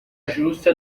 justa